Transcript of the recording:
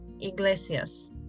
Iglesias